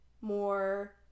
more